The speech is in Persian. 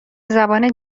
زبان